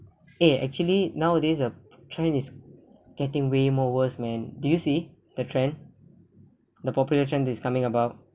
eh actually nowadays a trend is getting way more worst man do you see the trend the popular trend is coming about